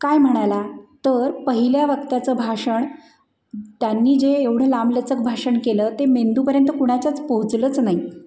काय म्हणाला तर पहिल्या वक्त्याचं भाषण त्यांनी जे एवढं लांबलचक भाषण केलं ते मेंदूपर्यंत कुणाच्याच पोहोचलंच नाही